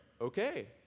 okay